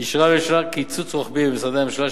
אישרה הממשלה קיצוץ רוחבי במשרדי הממשלה,